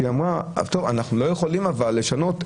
היא אמרה, אנחנו לא יכולים אבל לשנות.